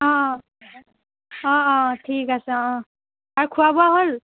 অঁ অঁ অঁ অঁ ঠিক আছে অঁ আৰু খোৱা বোৱা হ'ল